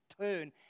turn